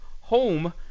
home